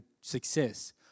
success